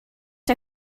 der